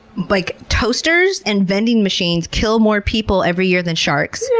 like toasters and vending machines kill more people every year than sharks.